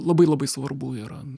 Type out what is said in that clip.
labai labai svarbu yra